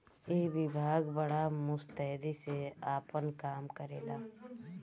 ई विभाग बड़ा मुस्तैदी से आपन काम करेला